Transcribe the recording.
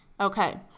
okay